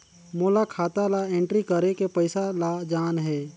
मोला खाता ला एंट्री करेके पइसा ला जान हे?